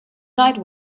night